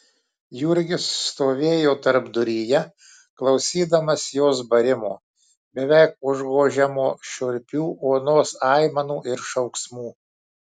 jurgis stovėjo tarpduryje klausydamas jos barimo beveik užgožiamo šiurpių onos aimanų ir šauksmų